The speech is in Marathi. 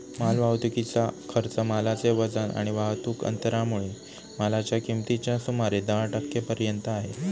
माल वाहतुकीचा खर्च मालाचे वजन आणि वाहतुक अंतरामुळे मालाच्या किमतीच्या सुमारे दहा टक्के पर्यंत आहे